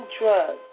drugs